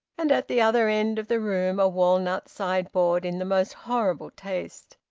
and at the other end of the room a walnut sideboard in the most horrible taste.